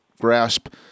grasp